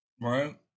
Right